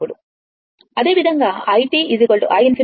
ఉన్నప్పుడు అదే విధంగా i i ∞ i i ∞ e tτ